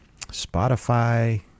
Spotify